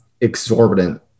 exorbitant